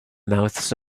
mouths